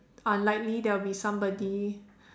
unlikely there will be somebody